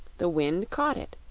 the wind caught it.